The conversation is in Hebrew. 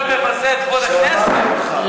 חבר הכנסת חזן,